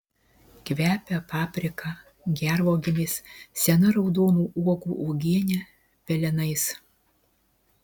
kvepia paprika gervuogėmis sena raudonų uogų uogiene pelenais